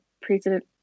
precedent